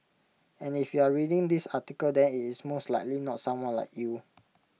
and if you are reading this article then IT is most likely not someone like you